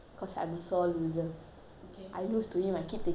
I lose to him I keep taking the racket I smacking it on his face